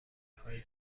خواهید